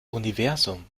universum